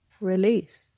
release